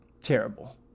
terrible